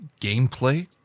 gameplay